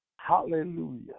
Hallelujah